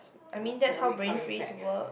orh cannot make sound effect